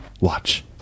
Watch